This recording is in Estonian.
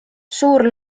suur